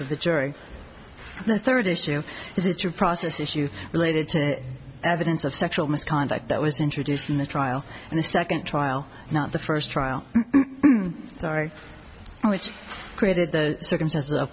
of the jury and the third issue is it to process issues related to evidence of sexual misconduct that was introduced in the trial and the second trial not the first trial sorry which created the circumstances a